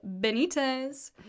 Benitez